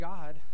God